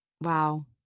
Wow